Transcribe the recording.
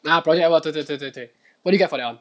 ah project work 对对对对对 what did you get for that [one]